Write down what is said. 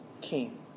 king